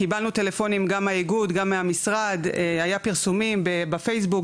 שתיים, היתר סביבתי מעודכן בשקיפות.